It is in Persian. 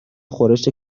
خورشت